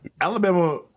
Alabama